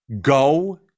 go